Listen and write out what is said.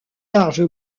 large